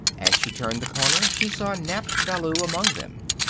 as she turned the corner she saw nap ballou among them.